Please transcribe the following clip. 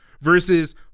Versus